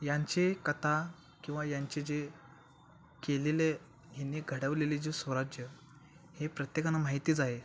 यांची कथा किंवा यांचे जे केलेले ह्यांनी घडवलेले जे स्वराज्य हे प्रत्येकांना माहितीच आहे